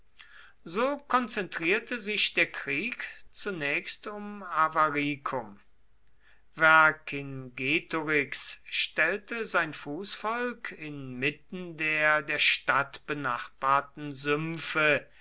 so konzentrierte sich der krieg zunächst um avaricum vercingetorix stellte sein fußvolk inmitten der der stadt benachbarten sümpfe